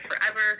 forever